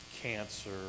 cancer